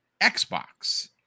Xbox